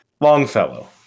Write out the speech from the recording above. longfellow